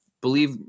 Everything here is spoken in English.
believe